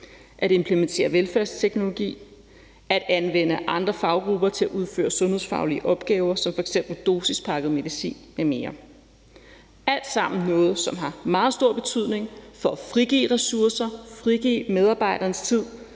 at implementere velfærdsteknologi og at anvende andre faggrupper til at udføre sundhedsfaglige opgaver som f.eks. dosispakket medicin m.m. Det er alt sammen noget, som har meget stor betydning for at frigive ressourcer og frigive medarbejdernes tid,